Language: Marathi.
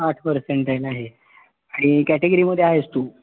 साठ पर्सेंटाइल आहे आणि कॅटेगरीमध्ये आहेस तू